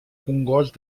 congost